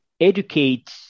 educate